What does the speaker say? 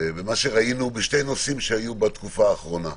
ומה שראינו בשני נושאים שהיו בתקופה האחרונה: